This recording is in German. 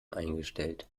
eingestellt